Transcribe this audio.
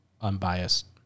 unbiased